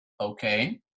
okay